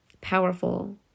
powerful